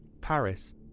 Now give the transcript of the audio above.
Paris